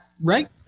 right